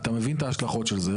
אתה מבין את ההשלכות של זה.